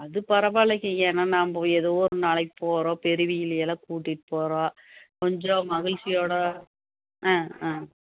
அது பரவாயில்லங்க ஏன்னால் நம்ம ஏதோ ஒரு நாளைக்கு போகிறோம் பெரியவகளை எல்லாம் கூட்டிகிட்டு போகிறோம் கொஞ்சம் மகிழ்ச்சியோடு ஆ ஆ